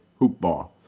hoopball